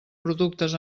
productes